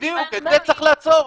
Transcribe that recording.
את זה צריך לעצור.